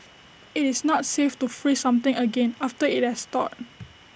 IT is not safe to freeze something again after IT has thawed